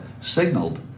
signaled